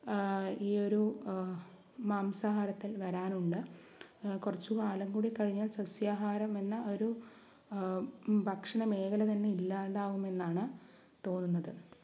ഈയൊരു മാംസഹാരത്തിൽ വരാനുണ്ട് കുറച്ചു കാലം കൂടി കഴിഞ്ഞാൽ സസ്യാഹാരം എന്ന ഒരു ഭക്ഷണ മേഖല തന്നെ ഇല്ലാണ്ടാവും എന്നാണ് തോന്നുന്നത്